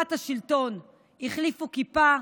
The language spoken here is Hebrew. ולטובת השלטון החליפו כיפה,